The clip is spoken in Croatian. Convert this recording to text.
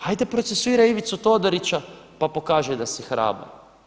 Hajde procesuiraj Ivicu Todorića pa pokaži da si hrabar.